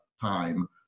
time